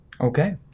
Okay